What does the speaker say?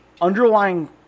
underlying